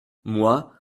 moi